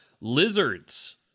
Lizards